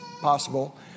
possible